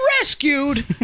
rescued